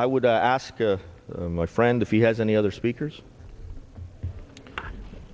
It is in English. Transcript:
i would ask my friend if he has any other speakers